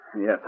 Yes